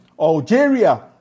Algeria